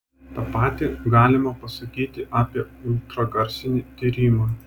tą patį galima pasakyti apie ultragarsinį tyrimą